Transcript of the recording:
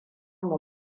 mu